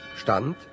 Stand